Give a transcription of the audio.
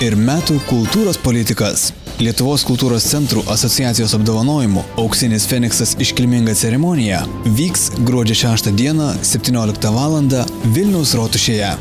ir metų kultūros politikas lietuvos kultūros centrų asociacijos apdovanojimų auksinis feniksas iškilminga ceremonija vyks gruodžio šeštą dieną septynioliktą valandą vilniaus rotušėje